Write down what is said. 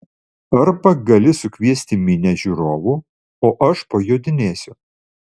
arba gali sukviesti minią žiūrovų o aš pajodinėsiu